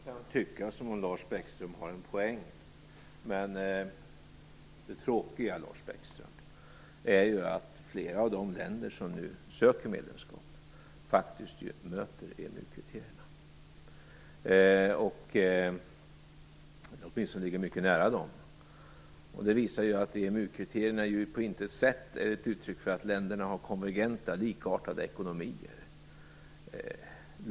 Fru talman! Det kan tyckas som om Lars Bäckström har en poäng. Men det tråkiga, Lars Bäckström, är ju att flera av de länder som nu ansöker om medlemskap faktiskt möter EMU-kriterierna, åtminstone ligger de mycket nära dem. Det visar ju att EMU kriterierna på intet sätt är ett uttryck för att länderna har konvergenta, likartade ekonomier.